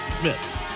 Smith